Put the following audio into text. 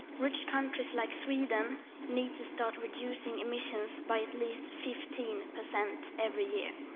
rich countries like sweden need to start reducing emissions by at least fifteen percent every year.